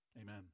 Amen